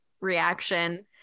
reaction